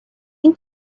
این